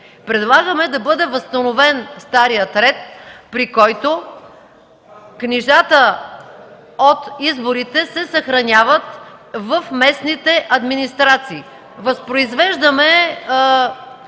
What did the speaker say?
Предлагаме да бъде възстановен старият ред, при който книжата от изборите се съхраняват в местните администрации.